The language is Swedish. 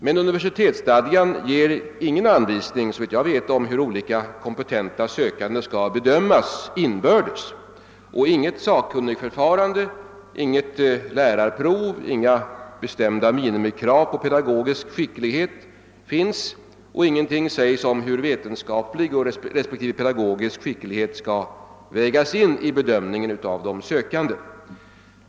Men universitetsstadgan ger såvitt jag vet ingen anvisning om hur olika kompetenta sökande skall bedömas inbördes. Inget sakkunnigförfarande, inget lärarprov, inga bestämda minimikrav på pedagogisk skicklighet finns och ingenting sägs om hur vetenskaplig respektive pedagogisk skicklighet skall vägas in i bedömningen av de sökande.